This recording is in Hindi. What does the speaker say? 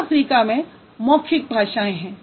उत्तर अफ्रीका में मौखिक भाषाएँ हैं